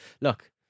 look